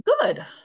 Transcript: good